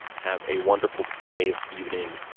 have a wonderful day, evening,